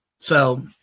so,